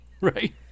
right